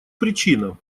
причина